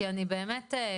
אני לא ראיתי את זה.